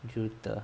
juta